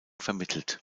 vermittelt